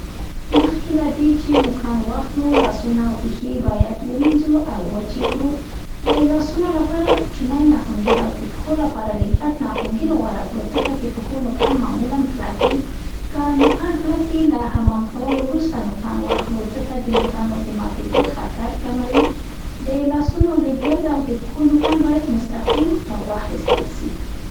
مخکې له دې چي نوکان واخلو، لاسونه او پېښې باید ومینځو او وچ یې کړو. د لاسونو لپاره کوچنی ناخن ګېر او د پښو لپاره لږ غټ ناخن ګېر غوره کړو، ځکه د پښو نوکان معمولا کلک وي. که نوکان کلک وي، له حمام کولو وروسته نوکان واخلو، ځکه د نوکانو د ماتېدو خطر کموي. د لاسو نوکان لږ ګرد او د پښو نوکان باید مستقیم واخیستل سي.